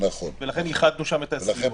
לכן ייחדנו שם את הסיוע.